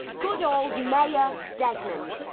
good old mayor desmond.